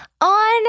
on